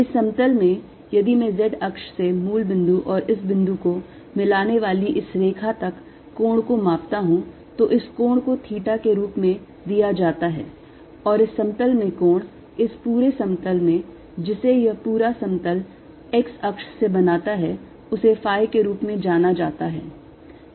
इस समतल में यदि मैं z अक्ष से मूल बिंदु और इस बिंदु को मिलाने वाली इस रेखा तक कोण को मापता हूँ तो इस कोण को theta के रूप में दिया जाता है और इस समतल में कोण इस पूरे समतल में जिसे यह पूरा समतल x अक्ष से बनाता है उसे phi के रूप में जाना जाता है